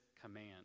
command